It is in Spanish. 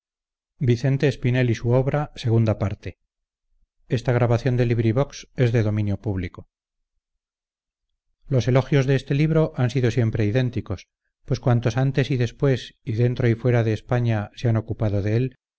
la actual los elogios de este libro han sido siempre idénticos pues cuantos antes y después y dentro y fuera de españa se han ocupado de él